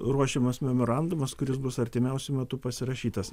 ruošiamas memorandumas kuris bus artimiausiu metu pasirašytas